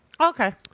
Okay